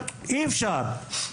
אי-אפשר, אי-אפשר.